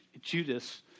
Judas